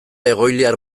egoiliar